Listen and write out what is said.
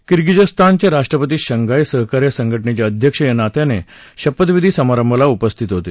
किर्गिजस्तानचे राष्ट्रपती शंघाय सहकार्य संघ जेचे अध्यक्ष या नात्यानं शपथविधी समारंभाला उपस्थित होते